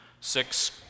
Six